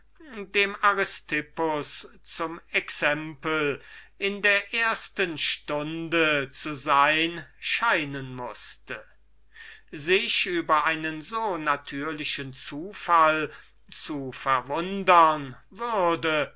einem aristipp zum exempel in der ersten stunde zu sein scheinen mußte sich über einen so natürlichen zufall zu verwundern würde